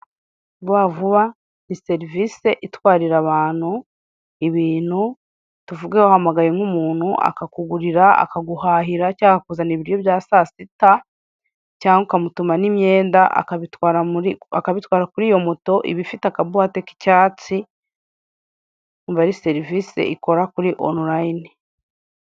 Vuba vuba ni serivise itwarira abantu ibintu, tuvuge wahamagaye nk'umuntu akaguhahira, cyangwa akakuzanira ibiryo bya saasita, cyangwa ukamutuma n'imyenda. Akabitwara kuri iyo moto iba ifite akabuwate k'icyatsi, ndumva ari serivise ikora kuri onorayine